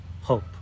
hope